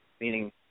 meaning